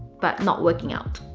but not working out.